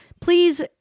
Please